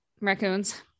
raccoons